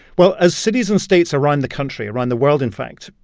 well, as cities and states around the country, around the world in fact,